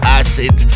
acid